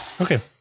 Okay